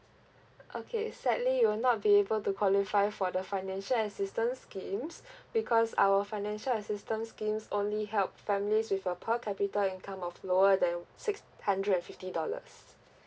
uh okay sadly you will not be able to qualify for the financial assistance schemes because our financial assistance schemes only help families with a per capita income of lower than six hundred and fifty dollars